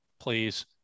please